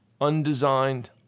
undesigned